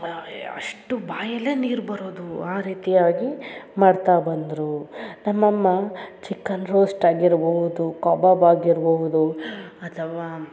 ಯಾ ಅಷ್ಟು ಬಾಯಲ್ಲೆ ನೀರು ಬರೋದು ಆ ರೀತಿಯಾಗಿ ಮಾಡ್ತಾ ಬಂದರು ನಮ್ಮ ಅಮ್ಮ ಚಿಕನ್ ರೋಸ್ಟ್ ಆಗಿರ್ಬೌದು ಕಬಾಬ್ ಆಗಿರ್ಬಹುದು ಅಥವಾ